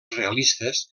realistes